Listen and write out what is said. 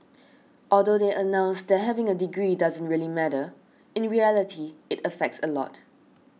although they announced that having a degree doesn't really matter in reality it affects a lot